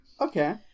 Okay